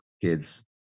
kids